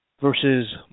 versus